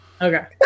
Okay